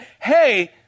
hey